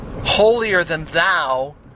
holier-than-thou